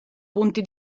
punti